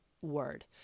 Word